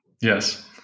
Yes